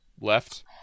left